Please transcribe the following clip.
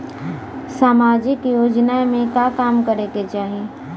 सामाजिक योजना में का काम करे के चाही?